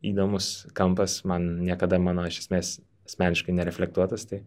įdomus kampas man niekada mano iš esmės asmeniškai nereflektuotas tai